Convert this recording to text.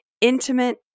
intimate